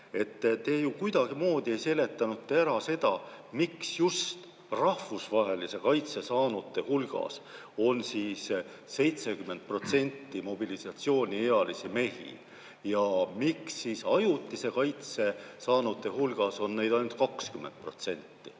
et te ju kuidagimoodi ei seletanud ära seda, miks just rahvusvahelise kaitse saanute hulgas on 70% mobilisatsiooniealisi mehi ja miks ajutise kaitse saanute hulgas on neid ainult 20%.